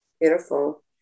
Beautiful